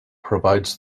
provides